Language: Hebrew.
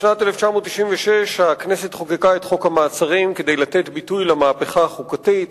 בשנת 1996 חוקקה הכנסת את חוק המעצרים כדי לתת ביטוי למהפכה החוקתית